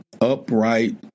upright